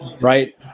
right